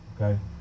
okay